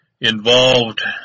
involved